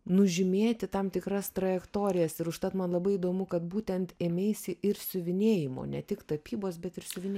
nužymėti tam tikras trajektorijas ir užtat man labai įdomu kad būtent ėmeisi ir siuvinėjimo ne tik tapybos bet ir siuvinė